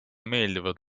meeldivad